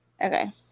Okay